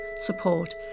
support